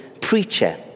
preacher